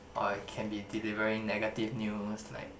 or it can be delivering negative news like